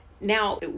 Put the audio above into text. Now